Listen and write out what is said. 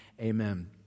amen